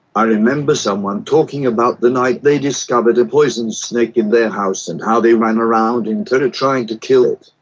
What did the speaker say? i remember someone talking about the night they discovered a poisonous snake in their house and how they ran around in terror trying to kill it.